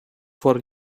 for